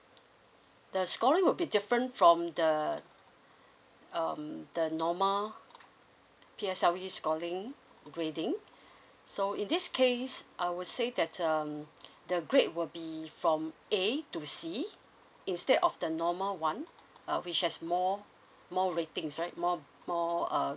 the scoring will be different from the um the normal P_S_L_E scoring grading so in this case I would say that um the grade will be from A to C instead of the normal one uh which has more more ratings right more more uh